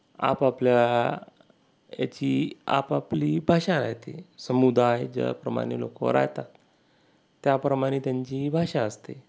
आपापल्या याची आपापली भाषा राहते समुदाय ज्याप्रमाणे लोकं राहतात त्याप्रमाणे त्यांची भाषा असते